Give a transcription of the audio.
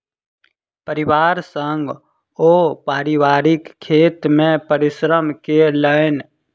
परिवार संग ओ पारिवारिक खेत मे परिश्रम केलैन